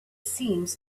seems